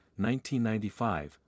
1995